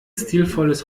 stilvolles